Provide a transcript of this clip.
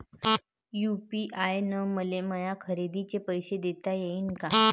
UPI न मले माया खरेदीचे पैसे देता येईन का?